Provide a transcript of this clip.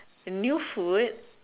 new food